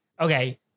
Okay